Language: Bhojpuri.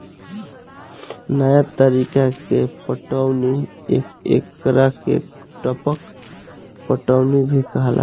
नया तरीका के पटौनी के एकरा के टपक पटौनी भी कहाला